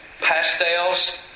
pastels